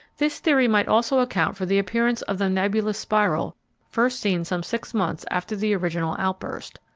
this theory might also account for the appearance of the nebulous spiral first seen some six months after the original outburst.